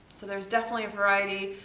so there is definitely a variety,